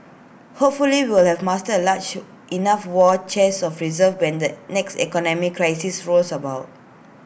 hopefully we'll have mustered A large enough war chest of reserves when the next economic crisis rolls about